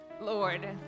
Lord